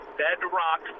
bedrock